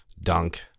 dunk